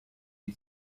die